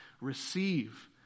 receive